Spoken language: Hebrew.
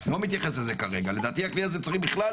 אני לא מתייחס לזה כרגע, לדעתי הכלי הזה צריך בכלל